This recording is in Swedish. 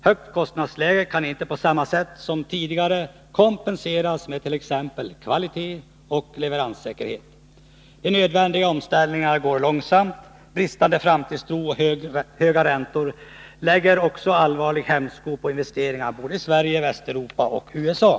Högt kostnadsläge kan inte på samma sätt som tidigare kompenseras med t.ex. kvalitet och leveranssäkerhet. De nödvändiga omställningarna går långsamt. Bristande framtidstro och höga räntor lägger allvarlig hämsko på investeringarna i såväl Sverige som Västeuropa och USA.